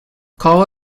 call